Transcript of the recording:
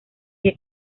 que